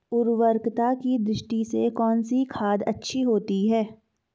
उर्वरकता की दृष्टि से कौनसी खाद अच्छी होती है?